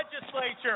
legislature